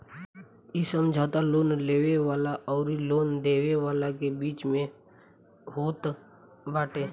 इ समझौता लोन लेवे वाला अउरी लोन देवे वाला के बीच में होत बाटे